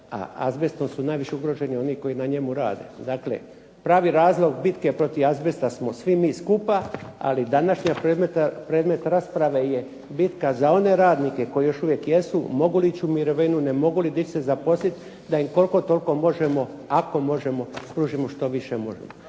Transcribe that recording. a azbestom su najviše ugroženi oni koji na njemu rade. Dakle, pravi razlog bitke protiv azbesta smo svi mi skupa, ali današnji predmet rasprave je bitka za one radnike koji još uvijek jesu, mogu li ići u mirovinu, ne mogu li gdje se zaposlit, da im koliko toliko možemo, ako možemo, pružimo što više možemo.